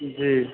जी